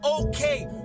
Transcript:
okay